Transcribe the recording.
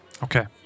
Okay